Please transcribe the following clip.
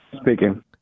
speaking